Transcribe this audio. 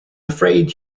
afraid